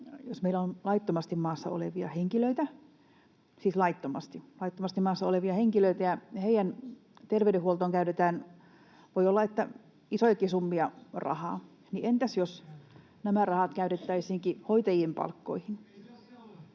siis laittomasti maassa olevia henkilöitä, ja heidän terveydenhuoltoonsa käytetään rahaa — voi olla, että isojakin summia rahaa — niin entäs jos nämä rahat käytettäisiinkin hoitajien palkkoihin?